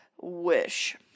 wish